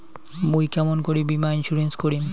মুই কেমন করি বীমা ইন্সুরেন্স করিম?